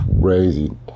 crazy